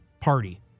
party